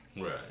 Right